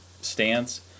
stance